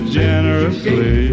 generously